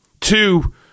two